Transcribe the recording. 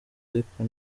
ariko